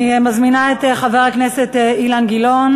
אני מזמינה את חבר הכנסת אילן גילאון